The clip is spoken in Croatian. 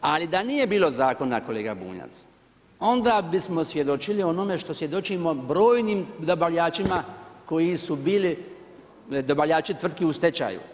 Ali da nije bilo zakona kolega Bunjac, onda bismo svjedočili onome što svjedočimo brojnim dobavljačima koji su bili dobavljači tvrtki u stečaju.